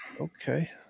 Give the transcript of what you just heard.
Okay